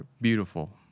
beautiful